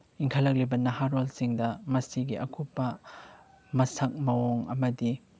ꯏꯪꯈꯠꯂꯛꯂꯤꯕ ꯅꯍꯥꯔꯣꯜꯁꯤꯡꯗ ꯃꯁꯤꯒꯤ ꯑꯀꯨꯞꯄ ꯃꯁꯛ ꯃꯑꯣꯡ ꯑꯃꯗꯤ